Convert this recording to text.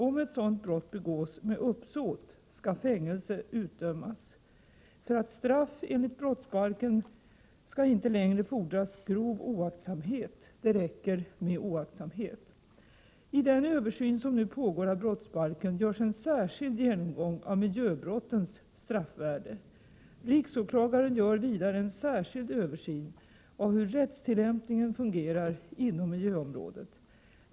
Om ett sådant brott begås med uppsåt skall fängelse utdömas. För straff enligt brottsbalken skall inte längre fordras grov oaktsamhet — det räcker med oaktsamhet. I den översyn som nu pågår av brottsbalken görs en särskild genomgång av miljöbrottens straffvärde. Riksåklagaren gör vidare en särskild översyn av hur rättstillämpningen fungerar inom miljöområdet.